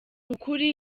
ukuri